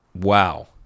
Wow